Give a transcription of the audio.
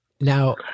Now